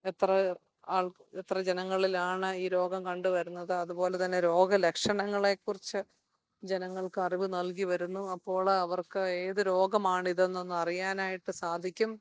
എത്രയോ ആൾ എത്ര ജനങ്ങളിലാണ് ഈ രോഗം കണ്ടുവരുന്നത് അതുപോലെ തന്നെ രോഗ ലക്ഷണങ്ങളെ കുറിച്ചു ജനങ്ങൾക്ക് അറിവ് നൽകി വരുന്നു അപ്പോൾ അവർക്ക് ഏത് രോഗമാണ് ഇതെന്ന് അറിയാനായിട്ട് സാധിക്കും